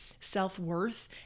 self-worth